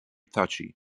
touchy